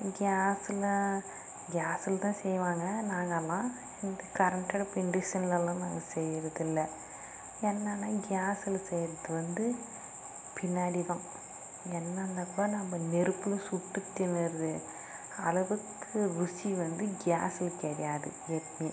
கேஸில் கேஸில் தான் செய்வாங்க நாங்கள்லாம் இந்த கரண்ட் அடுப்பு இண்டிசன்லெலாம் நாங்கள் செய்யறதில்ல என்னன்னா கேஸில் செய்வது வந்து பின்னாடி தான் என்ன இருந்தப்ப நம்ப நெருப்பில் சுட்டு தின்னுவது அளவுக்கு ருசி வந்து கேஸில் கிடையாது எப்பவுமே